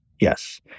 yes